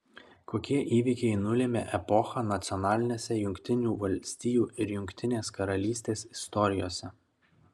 kokie įvykiai nulėmė epochą nacionalinėse jungtinių valstijų ir jungtinės karalystės istorijose